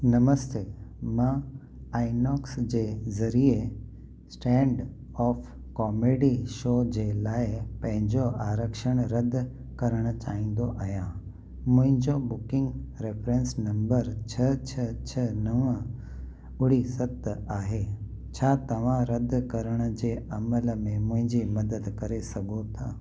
नमस्ते मां आईनोक्स जे ज़रिए स्टेंड ऑफ़ कॉमेडी शॉ जे लाइ पंहिंजो आरक्षण रदि करणु चाहींदो आहियां मुंहिंजो बुकींग रेफरंस नम्बर छह छ्ह छ्ह नवं ॿुड़ी सत आहे छा तव्हां रदि करण जे अमल में मुंहिंजी मदद करे सघो था